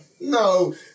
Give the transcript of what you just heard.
No